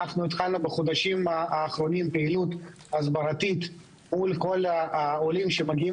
בחודשים האחרונים התחלנו פעילות הסברתית מול כל העולים שמגיעים